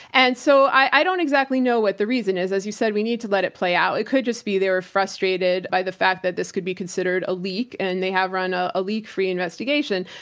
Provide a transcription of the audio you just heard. and so i don't exactly know what the reason is. as you said, we need to let it play out. it could just be they're frustrated by the fact that this could be considered a leak, and they have run ah a leak-free investigation.